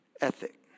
ethic